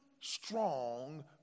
strong